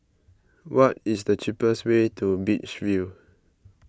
what is the cheapest way to Beach View